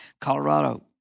Colorado